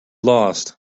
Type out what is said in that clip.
lost